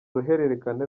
ruhererekane